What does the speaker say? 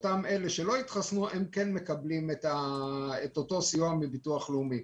אותם אלו שלא התחסנו מקבלים את הסיוע מהביטוח הלאומי.